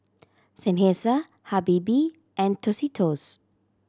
Seinheiser Habibie and Tostitos